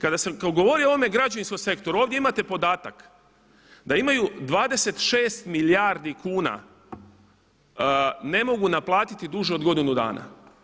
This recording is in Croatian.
Kada sam govorio o ovom građevinskom sektoru ovdje imate podatak da imaju 26 milijardi kuna ne mogu naplatiti duže od godinu dana.